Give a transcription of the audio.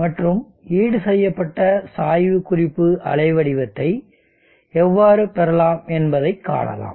மற்றும் ஈடுசெய்யப்பட்ட சாய்வு குறிப்பு அலைவடிவத்தை எவ்வாறு பெறலாம் என்பதைக் காணலாம்